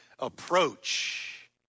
Approach